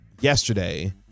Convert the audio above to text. yesterday